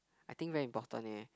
I think very important eh